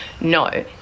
No